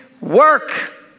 work